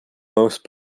most